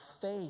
faith